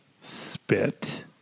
spit